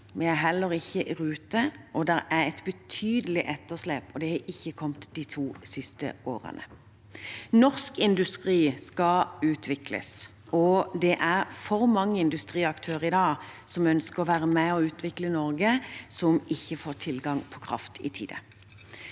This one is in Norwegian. vi er heller ikke i rute. Det er et betydelig etterslep, og det har ikke kommet de to siste årene. Norsk industri skal utvikles, og i dag er det for mange industriaktører som ønsker å være med og utvikle Norge, som ikke får tilgang på kraft i tide.